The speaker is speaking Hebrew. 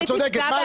את צודקת.